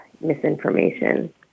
misinformation